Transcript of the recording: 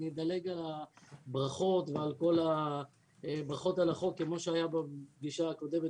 אני אדלג על הברכות על החוק כמו שהיה בפגישה הקודמת,